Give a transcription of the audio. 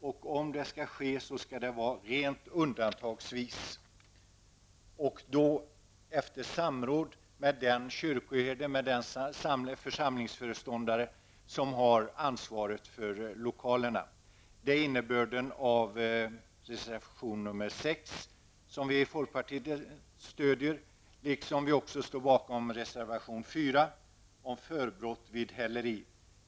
Om det skall ske, skall det vara rent undantagsvis och efter samråd med den kyrkoherde eller den församlingsföreståndare som har ansvaret för lokalerna. Det är innebörden av reservation nr 6, som vi i folkpartiet stöder. Dessutom står vi bakom reservation nr 4, om förbrott vid häleri.